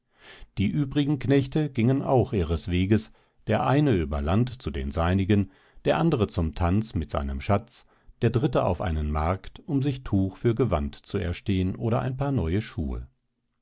die übrigen knechte gingen auch ihres weges der eine über land zu den seinigen der andere zum tanz mit seinem schatz der dritte auf einen markt um sich tuch für gewand zu erstehen oder ein paar neue schuhe